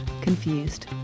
Confused